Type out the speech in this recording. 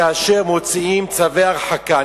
כאשר מוציאים צווי הרחקה,